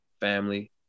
family